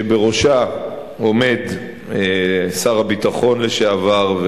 שבראשה עומד שר הביטחון לשעבר,